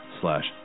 slash